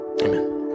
amen